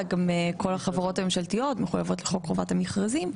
וכל החברות הממשלתיות מחויבות לחוק חובת המכרזים.